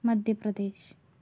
Madhya Pradesh